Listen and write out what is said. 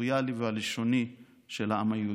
הטריטוריאלי והלשוני של העם היהודי.